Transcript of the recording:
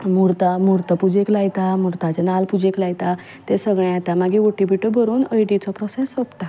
म्हूर्ता म्हूर्त पुजेक लायता म्हुर्ताचे नाल्ल पुजेक लायता तें सगलें जाता मागीर हुटी बिटी भरून हळदीचो प्रोसेस सोंपता